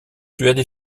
suède